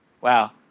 wow